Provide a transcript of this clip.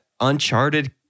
Uncharted